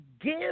give